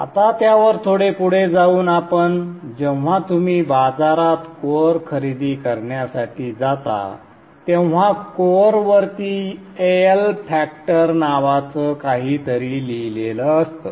आता त्यावर थोडं पुढे जाऊन आता जेव्हा तुम्ही बाजारात कोअर खरेदी करण्यासाठी जाता तेव्हा कोअर वरती AL फॅक्टर नावाचं काहीतरी लिहिलेलं असतं